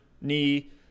knee